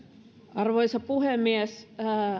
arvoisa puhemies